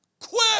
Quick